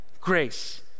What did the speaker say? grace